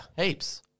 Heaps